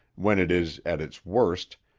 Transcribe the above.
when it is, at its worst,